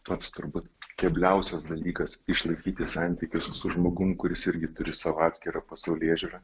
pats turbūt kebliausias dalykas išlaikyti santykius su žmogum kuris irgi turi savo atskirą pasaulėžiūrą